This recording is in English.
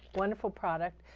wonderful product.